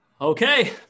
okay